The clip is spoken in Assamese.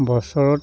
বছৰত